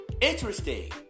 Interesting